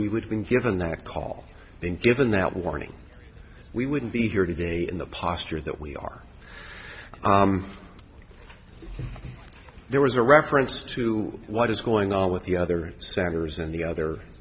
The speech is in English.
we would've been given that call then given that warning we wouldn't be here today in the posture that we are there was a reference to what is going on with the other senators and the